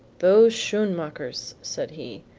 those schoenmakers, said he,